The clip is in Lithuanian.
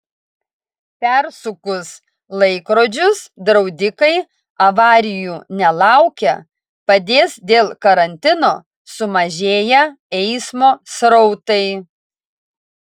persukus laikrodžius draudikai avarijų nelaukia padės dėl karantino sumažėję eismo srautai